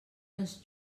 ens